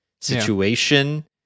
situation